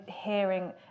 hearing